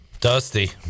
Dusty